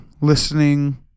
listening